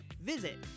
Visit